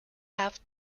have